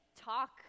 talk